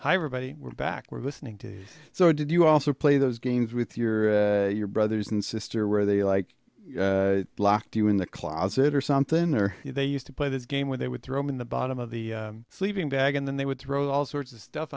hi everybody we're back we're listening to you so did you also play those games with your your brothers and sister where they like locked you in the closet or something or they used to play this game where they would throw in the bottom of the sleeping bag and then they would throw all sorts of stuff